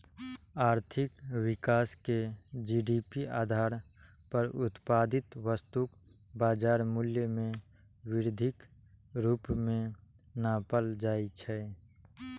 आर्थिक विकास कें जी.डी.पी आधार पर उत्पादित वस्तुक बाजार मूल्य मे वृद्धिक रूप मे नापल जाइ छै